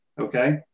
okay